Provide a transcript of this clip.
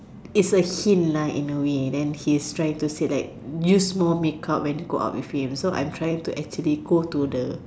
it's a hint lah in a way then he's trying to say like use more make when go out with him so I'm trying to actually go to the